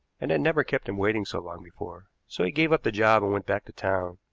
and had never kept him waiting so long before, so he gave up the job and went back to town.